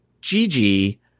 Gigi